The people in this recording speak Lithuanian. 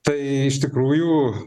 tai iš tikrųjų